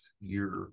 year